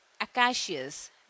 acacias